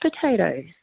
potatoes